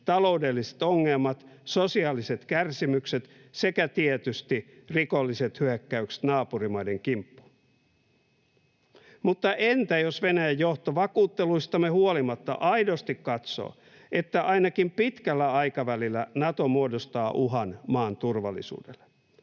taloudelliset ongelmat, sosiaaliset kärsimykset sekä tietysti rikolliset hyökkäykset naapurimaiden kimppuun. Mutta entä jos Venäjän johto vakuutteluistamme huolimatta aidosti katsoo, että ainakin pitkällä aikavälillä Nato muodostaa uhan maan turvallisuudelle?